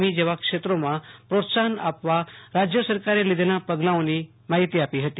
ઈ જેવા ક્ષેત્રોમાં પ્રોત્સાહન આપવા રાજય સરકારે લીધેલા પગલાની માહિતી આપી હતી